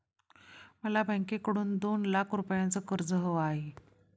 मला बँकेकडून दोन लाख रुपयांचं कर्ज हवं आहे